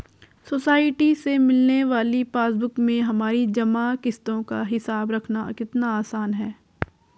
society से मिलने वाली पासबुक में हमारी जमा किश्तों का हिसाब रखना कितना आसान है